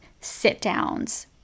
sit-downs